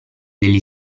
degli